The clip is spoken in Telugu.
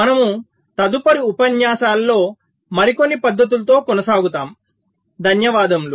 మనము తదుపరి ఉపన్యాసాలలో మరికొన్ని పద్ధతులతో కొనసాగుతాము